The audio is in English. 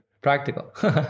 practical